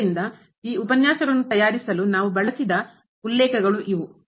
ಆದ್ದರಿಂದ ಈ ಉಪನ್ಯಾಸಗಳನ್ನು ತಯಾರಿಸಲು ನಾವು ಬಳಸಿದ ಉಲ್ಲೇಖಗಳು ಇವು